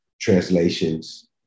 translations